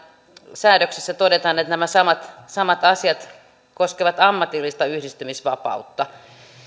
säädöksissä todetaan että nämä samat samat asiat koskevat ammatillista yhdistymisvapautta